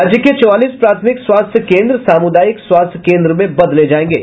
राज्य के चौवालीस प्राथमिक स्वास्थ्य केन्द्र सामूदायिक स्वास्थ्य केन्द्र में बदले जायेंगे